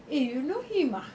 eh you know him ah